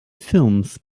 films